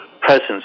presence